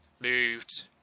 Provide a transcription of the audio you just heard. moved